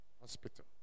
Hospital